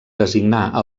designar